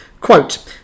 Quote